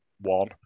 one